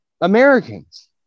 Americans